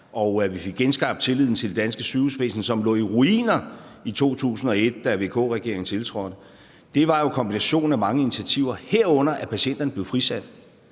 og at vi fik genskabt tilliden til det danske sygehusvæsen, som lå i ruiner i 2001, da VK-regeringen tiltrådte, var kombinationen af mange initiativer, herunder at patienterne blev frisat